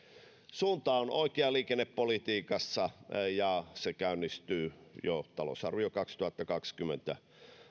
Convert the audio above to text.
suunta on oikea liikennepolitiikassa ja se käynnistyy jo talousarvion kaksituhattakaksikymmentä